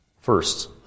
First